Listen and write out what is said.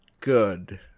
good